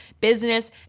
business